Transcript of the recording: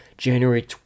January